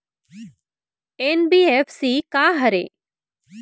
NBFC का हरे?